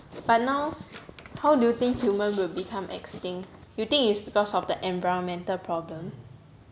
but now how do do you think human will become extinct you think it's because of the environmental problem